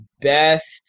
best